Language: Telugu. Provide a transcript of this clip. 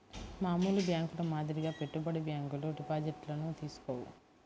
మామూలు బ్యేంకుల మాదిరిగా పెట్టుబడి బ్యాంకులు డిపాజిట్లను తీసుకోవు